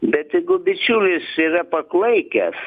bet jeigu bičiulis yra paklaikęs